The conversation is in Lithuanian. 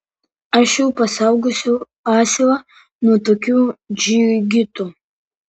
aš jau pasaugosiu asilą nuo tokių džigitų